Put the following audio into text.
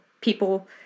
people